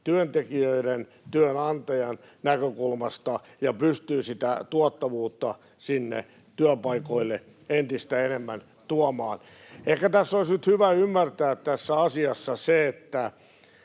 työntekijöiden että työnantajan näkökulmasta ja pystyy sitä tuottavuutta sinne työpaikoille entistä enemmän tuomaan. Ehkä tässä asiassa olisi nyt hyvä ymmärtää se, että